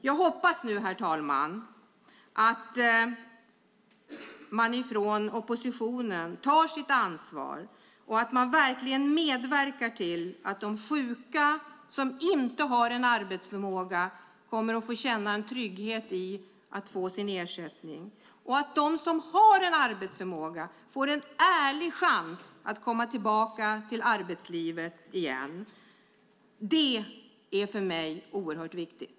Jag hoppas nu, herr talman, att oppositionen tar sitt ansvar och verkligen medverkar till att de sjuka som inte har arbetsförmåga får känna trygghet i att få sin ersättning och att de som har arbetsförmåga får en ärlig chans att komma tillbaka till arbetslivet igen. Det är för mig oerhört viktigt.